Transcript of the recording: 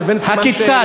לבין סימן שאלה,